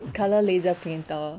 colour laser printer